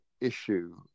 issue